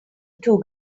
two